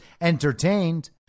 entertained